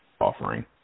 offering